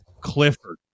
Clifford